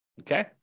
okay